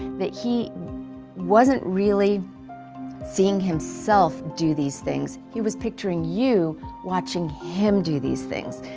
that he wasn't really seeing himself do these things. he was picturing you watching him do these things.